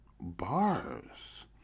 bars